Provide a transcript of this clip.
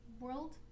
world